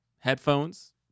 Headphones